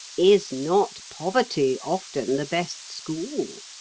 is not poverty often the best school?